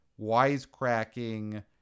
wisecracking